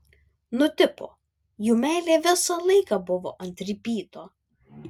nu tipo jų meilė visą laiką buvo ant ripyto